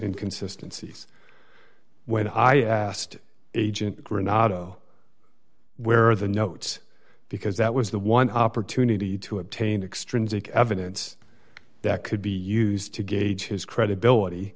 in consistencies when i asked agent granada where the note because that was the one opportunity to obtain extrinsic evidence that could be used to gauge his credibility